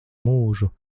mūžu